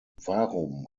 warum